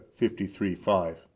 53.5